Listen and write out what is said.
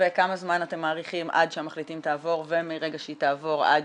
וכמה זמן אתם מעריכים עד שהמחליטים תעבור ומרגע שהיא תעבור עד